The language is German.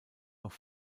noch